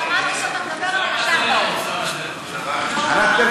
שמעתי שאתה מדבר על, ענת ברקו